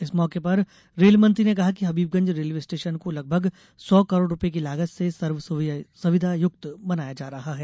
इस मौके पर रेल मंत्री ने कहा कि हबीबगंज रेलवे स्टेशन को लगभग सौ करोड रूपये की लागत से सर्व सुविधायुक्त बनाया जा रहा है